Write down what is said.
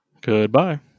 Goodbye